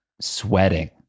sweating